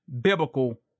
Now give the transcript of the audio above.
biblical